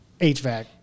HVAC